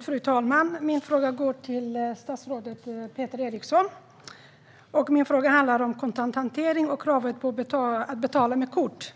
Fru talman! Min fråga går till statsrådet Peter Eriksson och handlar om kontanthantering och kravet på att betala med kort.